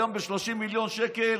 והיום ב-30 מיליון שקלים,